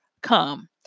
come